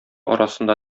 арасында